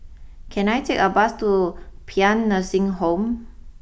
can I take a bus to Paean Nursing Home